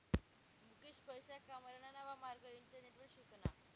मुकेश पैसा कमाडाना नवा मार्ग इंटरनेटवर शिकना